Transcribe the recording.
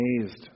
amazed